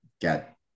get